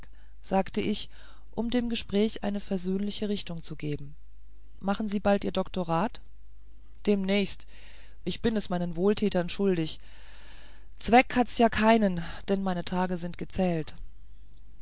sagte ich um dem gespräch eine versöhnliche richtung zu geben machen sie bald ihr doktorat demnächst ich bin es meinen wohltätern schuldig zweck hat's ja keinen denn meine tage sind gezählt